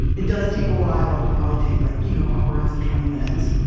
it does take a while, it'll probably take like you know upwards of twenty minutes.